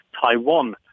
Taiwan